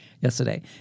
yesterday